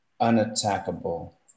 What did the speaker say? unattackable